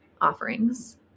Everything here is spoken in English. offerings